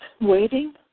waiting